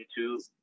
YouTube